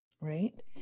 right